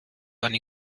eine